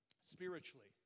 spiritually